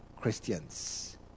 christians